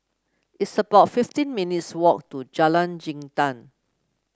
it's about fifteen minutes' walk to Jalan Jintan